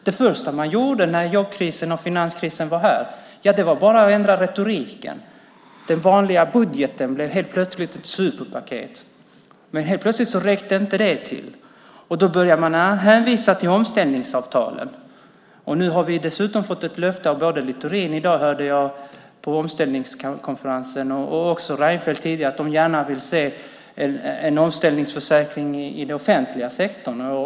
Det första man gjorde när jobbkrisen och finanskrisen var här var att ändra retoriken. Den vanliga budgeten blev helt plötsligt ett superpaket, men sedan räckte inte det till. Då började man hänvisa till omställningsavtalen. Nu har vi dessutom fått höra både av Littorin på omställningskonferensen och av Reinfeldt tidigare att de gärna vill se en omställningsförsäkring i den offentliga sektorn.